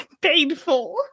Painful